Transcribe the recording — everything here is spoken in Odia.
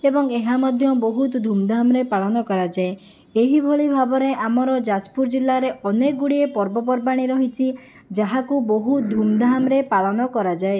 ଏବଂ ଏହା ମଧ୍ୟ ବହୁତ ଧୁମଧାମରେ ପାଳନ କରାଯାଏ ଏହିଭଳି ଭାବରେ ଆମର ଯାଜପୁର ଜିଲ୍ଲାରେ ଅନେକ ଗୁଡ଼ିଏ ପର୍ବପର୍ବାଣି ରହିଛି ଯାହାକୁ ବହୁତ ଧୁମଧାମରେ ପାଳନ କରାଯାଏ